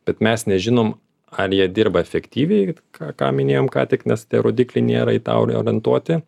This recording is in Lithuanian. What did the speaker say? bet mes nežinom ar jie dirba efektyviai ką ką minėjom ką tik nes tie rodikliai nėra į tą orientuoti